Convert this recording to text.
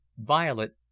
Violet